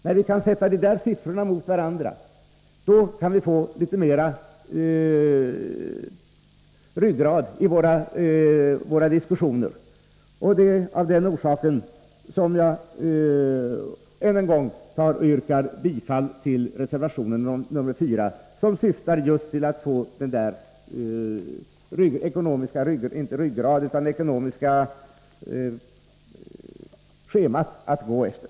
När vi kan sätta de siffrorna mot varandra kan vi få litet mera ryggrad i våra diskussioner. Det är av den orsaken som jag än en gång yrkar bifall till reservation nr 4, som syftar till att få ett ekonomiskt schema att gå efter.